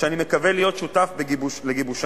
ואני מקווה להיות שותף לגיבושם.